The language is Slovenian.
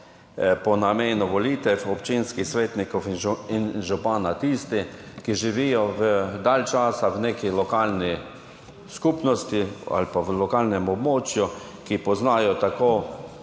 za namen volitev občinskih svetnikov in župana tisti, ki živijo dalj časa v neki lokalni skupnosti ali pa na lokalnem območju, ki poznajo tako